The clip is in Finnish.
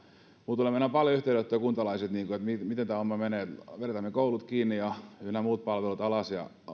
minulle tulee meinaan paljon yhteydenottoja kuntalaisilta että miten tämä homma menee vedetäänkö koulut kiinni ynnä muut palvelut alas ja otetaanko